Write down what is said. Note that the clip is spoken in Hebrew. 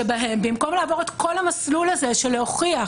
שבהם במקום לעבור את כל המסלול הזה של הוכחת